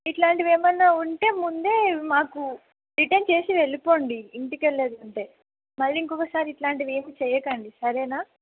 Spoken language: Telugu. ఇట్లాంటివి ఏమన్నా ఉంటే ముందే మాకు రిటర్న్ చేసి వెళ్ళిపోండి ఇంటికెళ్ళాలంటే మళ్ళీ ఇంకొకసారి ఇట్లాంటివి ఏమి చేయకండి సరేనా